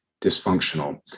dysfunctional